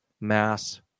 mass